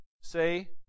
say